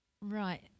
Right